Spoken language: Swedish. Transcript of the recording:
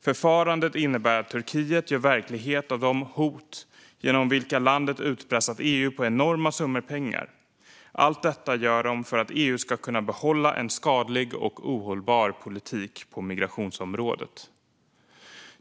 Förfarandet innebär att Turkiet gör verklighet av de hot genom vilka landet utpressat EU på enorma summor pengar. Allt detta gör de för att EU ska kunna behålla en skadlig och ohållbar politik på migrationsområdet.